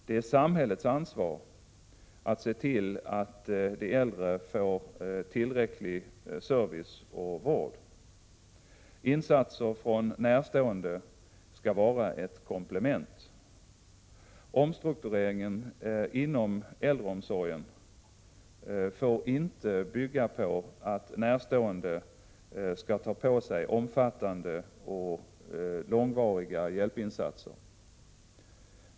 Det är samhällets ansvar att se till att de äldre får tillräcklig service och vård. Insatser från närstående skall vara ett komplement. Omstruktureringen inom äldreomsorgen får inte bygga på att närstående skall ta på sig att göra omfattande och långvariga hjälpinsatser.